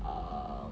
err